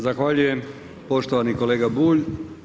Zahvaljujem poštovani kolega Bulj.